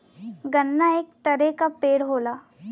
गन्ना एक तरे क पेड़ होला